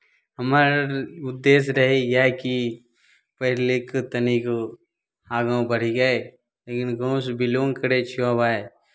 हमर उद्देश्य रहय इएह कि पढ़ि लिखि कऽ तनिक आगाँ बढ़ियै लेकिन गाँवसँ बिलोंग करै छियह भाय